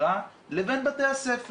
ממשיכות לשווק ספציפית לבני הנוער בישראל.